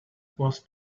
was